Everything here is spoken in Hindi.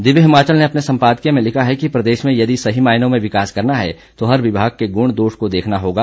दिव्य हिमाचल ने अपने सम्पादकीय में लिखा है कि प्रदेश में यदि सही मायनों में विकास करना है तो हर विमाग के गुण दोष को देखना होगा